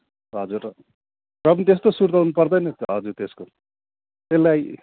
हजुर र पनि त्यस्तो सुर्ताउनु पर्दैन हजुर त्यस्तो त्यसलाई